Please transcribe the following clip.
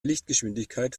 lichtgeschwindigkeit